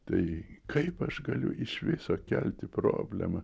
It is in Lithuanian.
tai kaip aš galiu iš viso kelti problemą